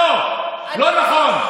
לא, לא נכון.